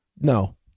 No